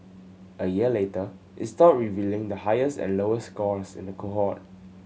a year later is stopped revealing the highest and lowest scores in the cohort